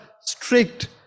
strict